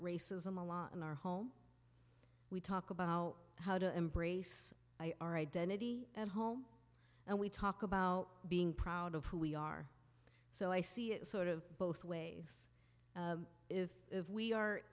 racism a lot in our home we talk about how how to embrace our identity at home and we talk about being proud of who we are so i see it sort of both ways if if we are